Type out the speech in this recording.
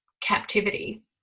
captivity